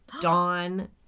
dawn